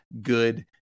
good